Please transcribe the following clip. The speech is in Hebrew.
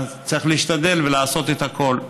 צריך להשתדל ולעשות את הכול,